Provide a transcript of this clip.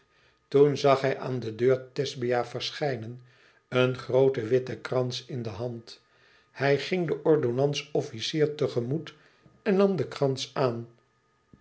toen zag hij aan de deur thesbia verschijnen een grooten witten krans in de hand hij ging den ordonnans-officier tegemoet en nam den krans aan